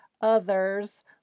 others